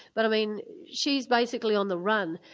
but i mean she's basically on the run.